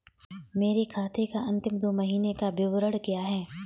मेरे खाते का अंतिम दो महीने का विवरण क्या है?